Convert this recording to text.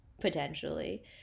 potentially